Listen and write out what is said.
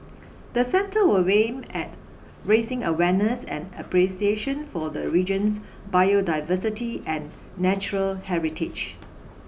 the centre will aim at raising awareness and appreciation for the region's biodiversity and natural heritage